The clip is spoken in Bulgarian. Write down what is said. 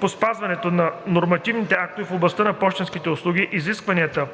по спазването на нормативните актове в областта на пощенските услуги, изискванията